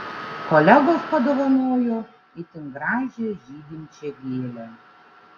kolegos padovanojo itin gražią žydinčią gėlę